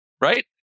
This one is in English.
right